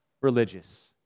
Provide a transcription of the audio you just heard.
religious